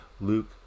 Luke